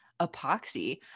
epoxy